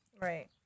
Right